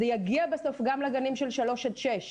זה יגיע בסוף גם לגנים של שלוש עד שש.